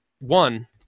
One